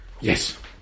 Yes